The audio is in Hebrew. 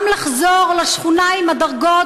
גם לחזור לשכונה עם הדרגות,